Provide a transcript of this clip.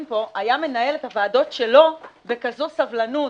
פה היה מנהל את הוועדות שלו בכזו סבלנות,